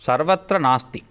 सर्वत्र नास्ति